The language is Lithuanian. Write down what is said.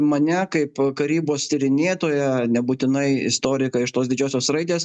įmane kaip karybos tyrinėtoją nebūtinai istoriką iš tos didžiosios raidės